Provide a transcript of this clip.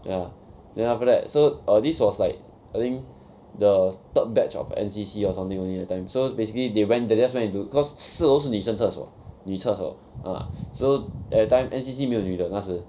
ya then after that so err this was like I think the third batch of N_C_C or something only that time so basically they went they just went into because 四楼是女生厕所女厕所 ah so at that time N_C_C 没有女的那时